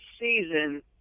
season